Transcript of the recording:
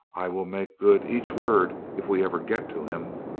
i will make good each word if we ever get to him.